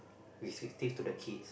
restrictive to the kids